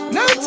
Now